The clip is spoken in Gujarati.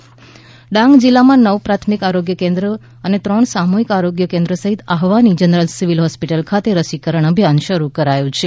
રસીકરણ અભિયાન ડાંગ જિલ્લામાં નવ પ્રાથમિક આરોગ્ય કેન્દ્ર અને ત્રણ સામૂહિક આરોગ્ય કેન્દ્ર સહિત આહવાની જનરલ સિવિલ હોસ્પિટલ ખાતે રસીકરણ અભિયાન શરૂ કરાયું છે